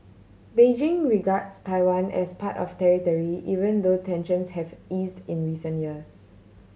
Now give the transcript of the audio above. Beijing regards Taiwan as part of territory even though tensions have eased in recent years